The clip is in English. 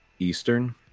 Eastern